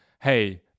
Hey